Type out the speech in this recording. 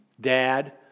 Dad